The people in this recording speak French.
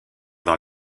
dans